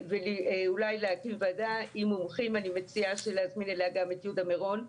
אני מציע להזמין לוועדה את יהודה מירון,